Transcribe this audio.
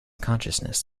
consciousness